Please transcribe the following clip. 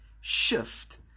shift